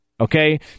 okay